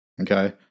Okay